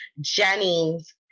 Jennings